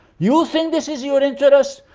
you think this is your interest?